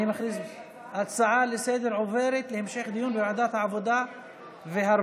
אני מכריז שההצעה לסדר-היום עוברת להמשך דיון בוועדת העבודה והרווחה.